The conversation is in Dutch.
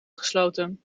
gesloten